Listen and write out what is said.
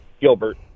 Gilbert